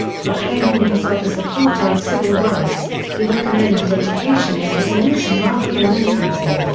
proclaiming himself a supporter of civil rights, he recommended education as the solution rather than militancy.